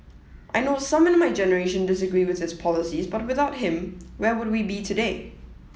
I know some in my generation disagree with his policies but without him where would we be today